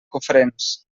cofrents